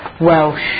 Welsh